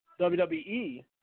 WWE